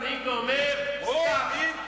אז סוף-סוף בא מנהיג ואומר: זהו,